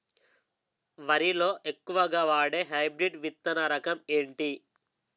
వరి లో ఎక్కువుగా వాడే హైబ్రిడ్ విత్తన రకం ఏంటి?